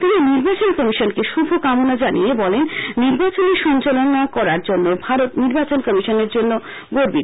তিনি নির্বাচন কমিশনকে শুভ কামনা জানিয়ে বলেন নির্বাচনের সঞ্চালন করার জন্য ভারত নির্বাচন কমিশনের জন্য গর্বিত